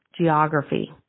geography